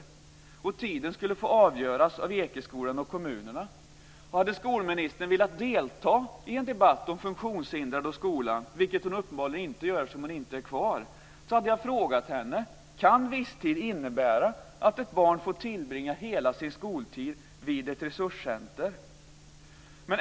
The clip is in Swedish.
Vilken tid det skulle röra sig om skulle få avgöras av Hade skolministern velat delta i en debatt om funktionshindrade och skolan, vilket hon uppenbarligen inte vill eftersom hon inte stannat kvar i kammaren, hade jag frågat henne om "visstid" kan innebära att ett barn får tillbringa hela sin skoltid vid ett resurscentrum.